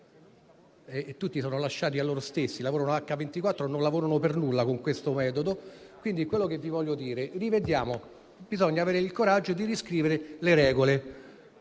Tutti sono lasciati a loro stessi: lavorano H24, ma non lavorano per nulla con questo metodo. Bisogna avere il coraggio di riscrivere le regole.